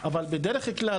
אבל בדרך כלל,